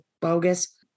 bogus